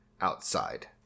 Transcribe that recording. outside